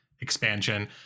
expansion